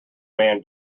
man